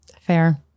Fair